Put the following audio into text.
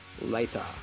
Later